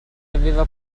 aveva